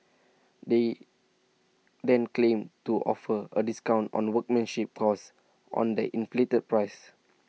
they then claim to offer A discount on workmanship cost on the inflated price